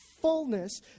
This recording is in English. fullness